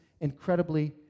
incredibly